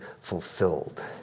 fulfilled